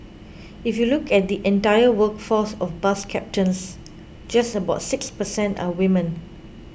if you look at the entire workforce of bus captains just about six per cent are women